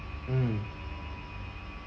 mm